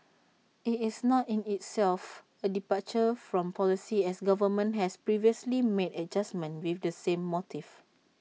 IT is not in itself A departure from policy as government has previously made adjustments with the same motive